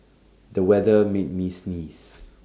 the weather made me sneeze